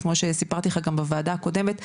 כמו שסיפרתי לך גם בוועדה הקודמת,